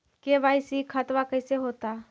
KYC खतबा कैसे होता?